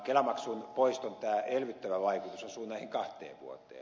kelamaksun poiston tämä elvyttävä vaikutus osuu näihin kahteen vuoteen